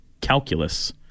calculus